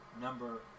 number